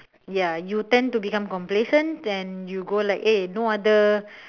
ya you tend to become complacent and you go like eh no other